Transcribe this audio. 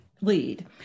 lead